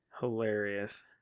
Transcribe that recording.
hilarious